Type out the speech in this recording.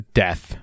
death